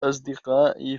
أصدقائي